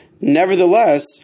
nevertheless